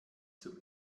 zum